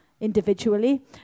individually